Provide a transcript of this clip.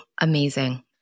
amazing